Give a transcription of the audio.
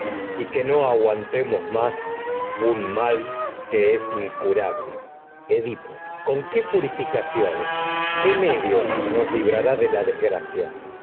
y que no aguantemos más un mal que es incurable edipo con qué purificaciones qué medio nos librará de la desgracia